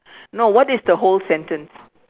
no what is the whole sentence